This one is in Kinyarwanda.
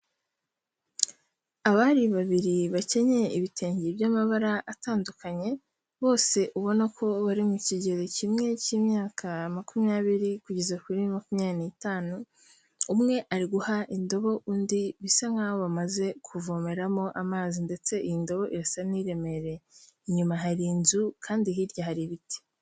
Abari babiri bakenyeye ibitenge by'amabara atandukanye, bose ubona ko bari mu kigero kimwe k'imyaka makumyabiri kugeza kuri makumyabiri nitanu. Umwe ari guha indobo undi bisa nk'aho bamaze kuvomeramo amazi ndetse iyo ndobo irasa n'iremereye. Inyuma hari inzu kandi hirya hari ibiti.